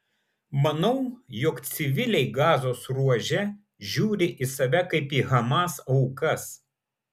manau jog civiliai gazos ruože žiūri į save kaip hamas aukas